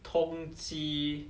同机